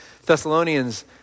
Thessalonians